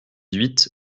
huit